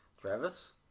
travis